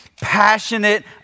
passionate